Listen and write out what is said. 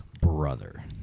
brother